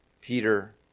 Peter